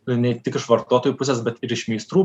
ne tik iš vartotojų pusės bet ir iš meistrų